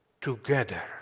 together